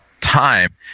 time